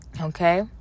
Okay